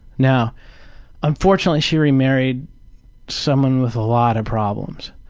now unfortunately she remarried someone with a lot of problems.